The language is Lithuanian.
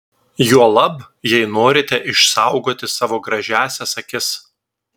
juolab jei norite išsaugoti savo gražiąsias akis